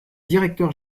directeur